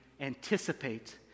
anticipate